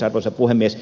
arvoisa puhemies